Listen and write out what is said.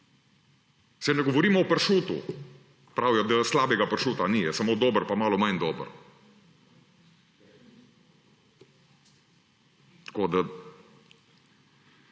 Saj ne govorimo o pršutu. Pravijo, da slabega pršuta ni, je samo dober in malo manj dober. Sekretar,